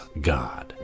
God